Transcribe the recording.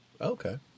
Okay